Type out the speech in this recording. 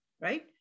right